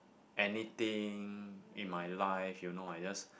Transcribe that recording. anything in my life you know I just